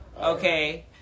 okay